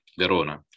Verona